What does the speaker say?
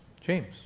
James